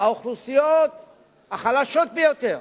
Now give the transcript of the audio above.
האוכלוסיות החלשות ביותר,